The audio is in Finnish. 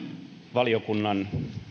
valiokunnan